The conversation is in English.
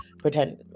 pretend